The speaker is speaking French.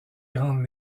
grandes